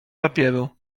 papieru